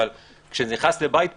אבל כשאתה נכנס לבית פרטי,